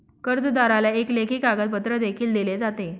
कर्जदाराला एक लेखी कागदपत्र देखील दिले जाते